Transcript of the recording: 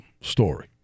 story